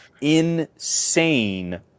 insane